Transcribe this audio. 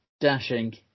dashing